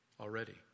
already